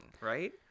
right